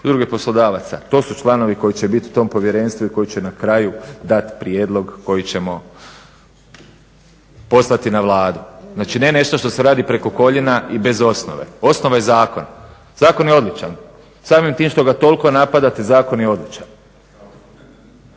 Udruge poslodavaca to su članovi koji će biti u tom povjerenstvu i koji će na kraju dati prijedlog koji ćemo poslati na Vladu. Znači ne nešto što se radi preko koljena i bez osnove, osnova je zakon. zakon je odličan, samim tim što ga toliko napadate zakon je odličan.